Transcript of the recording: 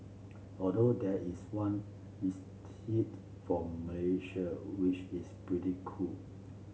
although there is one from Malaysia which is pretty cool